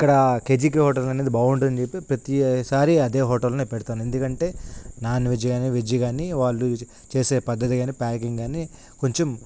ఇక్కడ కేజికి హోటల్ అనేది బాగుంటుందని చెప్పి ప్రతిసారి అదే హోటల్లో నేను పెడతాను ఎందుకంటే నాన్ వెజ్ కానీ వెజ్ కానీ వాళ్ళు చేసే పద్ధతి కానీ ప్యాకింగ్ కానీ కొంచెం